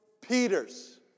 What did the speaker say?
Peter's